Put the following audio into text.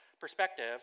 perspective